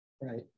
right